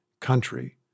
country